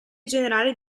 generale